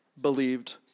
believed